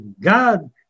God